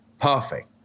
perfect